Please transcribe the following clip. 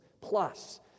plus